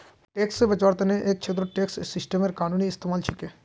tax से बचवार तने एक छेत्रत टैक्स सिस्टमेर कानूनी इस्तेमाल छिके